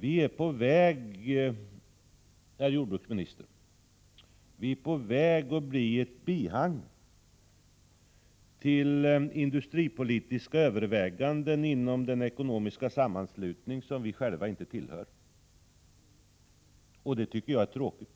Vi är, herr jordbruksminister, på väg att bli ett bihang till industripolitiska överväganden inom den ekonomiska sammanslutning som vi själva inte tillhör. Det tycker jag är tråkigt.